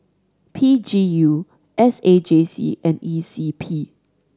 P G U S A J C and E C P